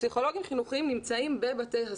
פסיכולוגים חינוכיים נמצאים בבתי הספר.